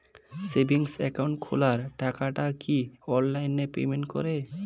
Savings account খোলা টাকাটা কি অনলাইনে পেমেন্ট করে?